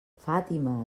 fàtima